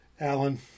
Alan